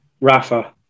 Rafa